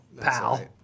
pal